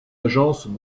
agence